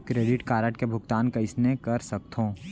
Credit card के भुगतान कइसने कर सकथो?